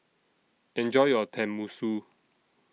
Enjoy your Tenmusu